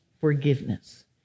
forgiveness